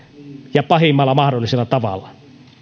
ja pahimmalla mahdollisella tavalla